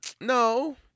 No